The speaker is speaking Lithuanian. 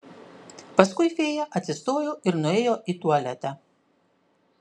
paskui fėja atsistojo ir nuėjo į tualetą